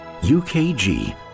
UKG